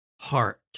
heart